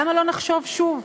למה לא נחשוב שוב?